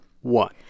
One